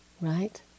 right